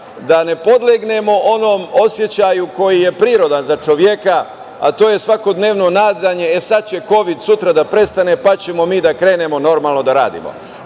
da ne podlegnemo onom osećaju koji je prirodan za čoveka, a to je svakodnevno nadanje – e, sada će kovid sutra da prestane, pa ćemo mi da krenemo normalno da radimo.